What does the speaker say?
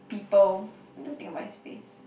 people what do we think about his face